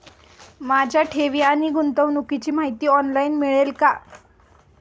माझ्या ठेवी आणि गुंतवणुकीची माहिती ऑनलाइन मिळेल का?